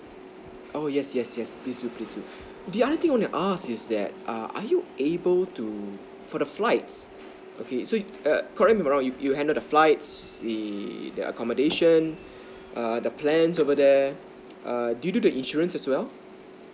oh yes yes yes please do please do the other thing I wanna ask is that err are you able to for the flights okay so err correct me if I'm wrong you you handle the flights the the accommodations err the plans over there err do you do the insurance as well